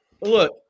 look